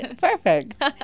perfect